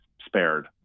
spared